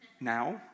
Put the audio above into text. now